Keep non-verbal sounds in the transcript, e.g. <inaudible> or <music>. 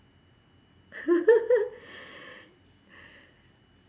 <laughs>